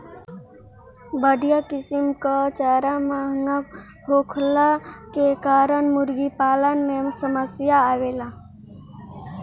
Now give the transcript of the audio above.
बढ़िया किसिम कअ चारा महंगा होखला के कारण मुर्गीपालन में समस्या आवेला